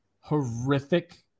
horrific